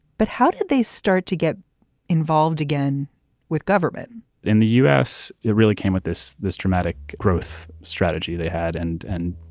but how did they start to get involved again with government in the u s? it really came with this this dramatic growth strategy they had. and, and